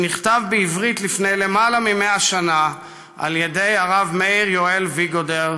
שנכתב בעברית לפני למעלה מ-100 שנה על ידי הרב מאיר יואל ויגודר,